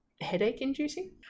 Headache-inducing